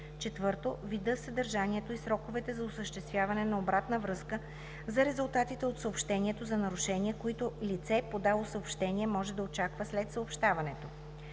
4. вида, съдържанието и сроковете за осъществяване на обратна връзка за резултатите от съобщението за нарушение, които лице, подало съобщение, може да очаква след съобщаването;